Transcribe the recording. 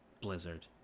blizzard